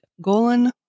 Golan